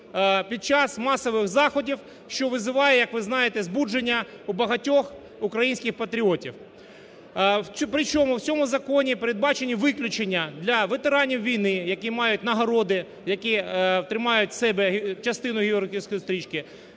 під час масових заходів, що визиває, як ви знаєте, збудження у багатьох українських патріотів. Причому в цьому законі передбачені виключення для ветеранів війни, які мають нагороди, які тримають в себе частину георгіївської стрічки,